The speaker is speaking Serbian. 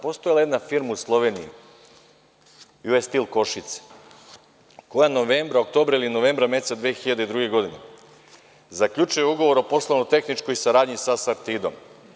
Postojala je jedna firma u Sloveniji U.S. Steel Košice, koja novembra, oktobra ili novembra meseca 2002. godine zaključuje ugovor o poslovno tehničkoj saradnji sa „Sartidom“